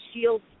shield